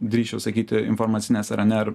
drįsčiau sakyti informacinės rnr